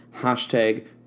Hashtag